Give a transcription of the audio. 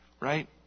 Right